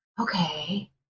okay